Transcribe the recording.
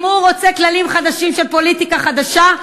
אם הוא רוצה כללים חדשים של פוליטיקה חדשה,